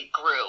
grew